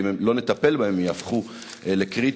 ואם לא נטפל בהם הם יהפכו לקריטיים.